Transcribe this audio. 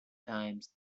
times